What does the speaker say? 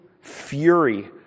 fury